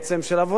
של עבודה,